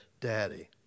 Daddy